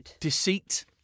deceit